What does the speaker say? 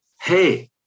hey